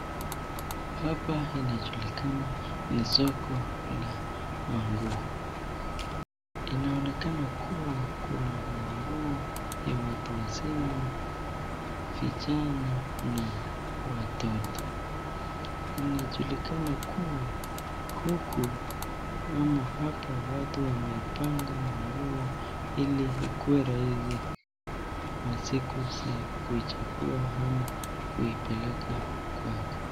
Hapa inajulikana ni soko la manguo, inaonekana kuwa kuna manguo ya watu wazima, vijana na watoto .Inajulikana kuwa huku ama hapa watu wamepanga manguo ili ikuwe rahisi masiku za kuichagua ama kuipeleka kwake.